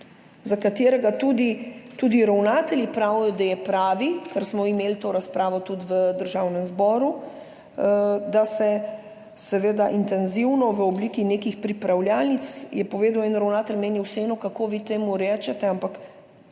za katerega tudi ravnatelji pravijo, da je pravi – ker smo imeli to razpravo tudi v Državnem zboru, da se intenzivno v obliki nekih pripravljalnic. En ravnatelj je povedal: »Meni je vseeno, kako vi temu rečete, ampak